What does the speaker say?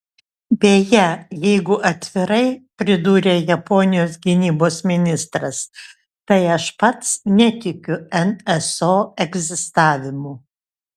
beje jeigu atvirai pridūrė japonijos gynybos ministras tai aš pats netikiu nso egzistavimu